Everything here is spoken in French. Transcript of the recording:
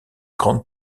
grandes